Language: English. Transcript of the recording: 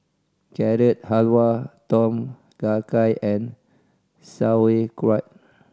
Carrot Halwa Tom Kha Gai and Sauerkraut